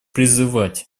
призывать